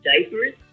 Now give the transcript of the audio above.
diapers